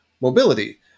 mobility